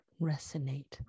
resonate